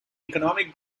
economic